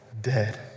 dead